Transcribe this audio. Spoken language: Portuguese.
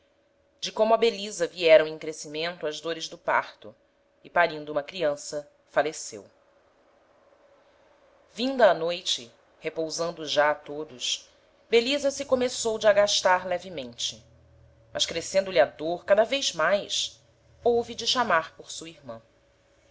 de como a belisa vieram em crescimento as dores do parto e parindo uma criança faleceu vinda a noite repousando já todos belisa se começou de agastar levemente mas crescendo lhe a dôr cada vez mais houve de chamar por sua irman